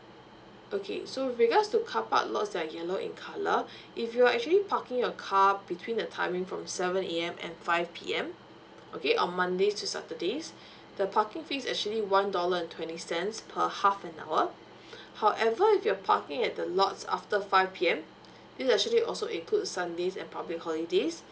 okay so with regards to car park lots that are yellow in colour if you're actually parking your car between the timing from seven A_M and five P_M okay on mondays to saturdays the parking fees actually one dollar and twenty cents per half and hour however if you're parking at the lots after five P_M this actually also include sundays and public holidays